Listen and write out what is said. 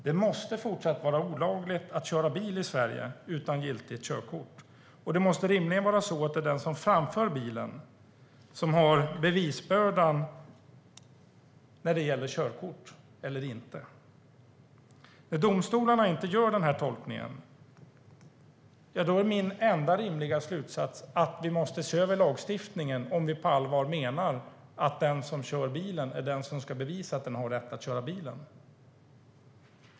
Det måste fortsatt vara olagligt att köra bil i Sverige utan giltigt körkort, och det måste rimligen vara så att den som framför bilen har bevisbördan när det gäller körkort eller inte. När domstolarna inte gör den tolkningen är den enda rimliga slutsatsen att vi måste se över lagstiftningen, om vi på allvar menar att den som kör bilen är den som ska bevisa att den har rätt att köra bilen.